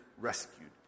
rescued